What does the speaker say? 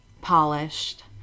polished